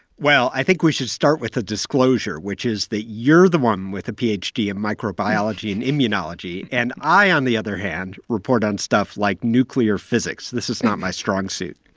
well, i think we should start with a disclosure, which is that you're the one with a ph d. in microbiology and immunology. and i, on the other hand, report on stuff like nuclear physics. this is not my strong suit